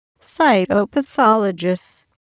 cytopathologists